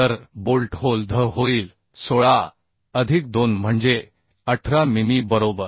तर bolt hole dh होईल 16 अधिक 2 म्हणजे 18 मिमी बरोबर